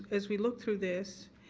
as we look through this,